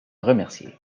remercier